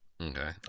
Okay